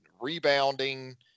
rebounding